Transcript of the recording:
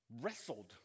wrestled